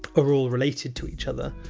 are all related to each other,